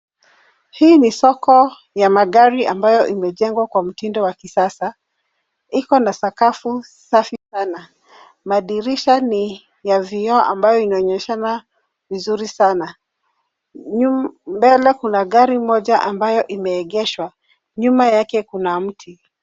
Hii ni soko ya magari ambayo yamejengwa kwa mtindo wa kisasa. Iko na sakafu safi sana. Madirisha ni ya vioo ambayo inaonyeshana vizuri sana. Mbele kuna gari moja ambayo imeegeshwa, nyuma yake kuna mti.